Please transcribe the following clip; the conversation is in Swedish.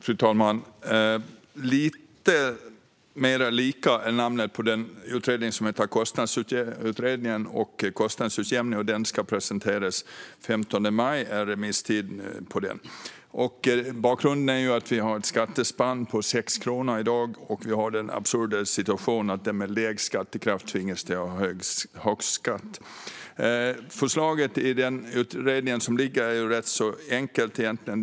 Fru talman! Lite mer lika är namnet på den utredning som Kostnadsutjämningsutredningen har lämnat ifrån sig och vars remisstid går ut den 15 maj. Bakgrunden är att det i dag finns ett skattespann på 6 kronor och att vi har den absurda situationen att den med lägst skattekraft tvingas till högst skatt. Förslaget i den utredning som har lagts fram är egentligen rätt enkelt.